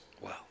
Wow